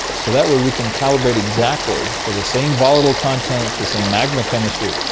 so that way we can calibrate exactly for the same volatile contents, the same magma chemistry,